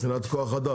מבחינת כוח אדם,